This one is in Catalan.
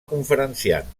conferenciant